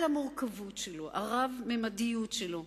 על המורכבות והרב-ממדיות שלו,